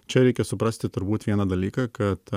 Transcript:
čia reikia suprasti turbūt vieną dalyką kad